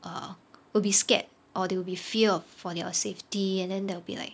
err will be scared or they will be fear of for their safety and then there will be like